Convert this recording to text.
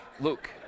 Luke